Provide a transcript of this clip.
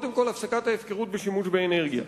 הפסקת ההפקרות בשימוש באנרגיה.